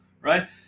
right